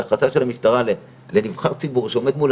היחס של המשטרה לנבחר ציבור שעומד מול